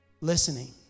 Listening